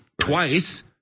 twice